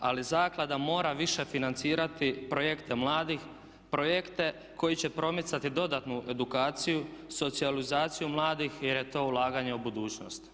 Ali zaklada mora više financirati projekte mladih, projekte koji će promicati dodatnu edukaciju, socijalizaciju mladih jer je to ulaganje u budućnost.